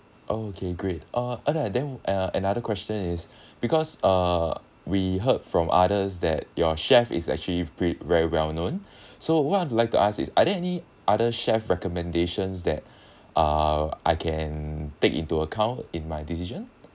okay great uh and then uh another question is because uh we heard from others that your chef is actually pre~ very well known so what I would like to ask is are there any other chef recommendations that uh I can take into account in my decision